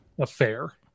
affair